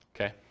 Okay